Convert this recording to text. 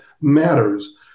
matters